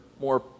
more